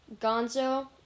Gonzo